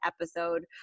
episode